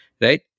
right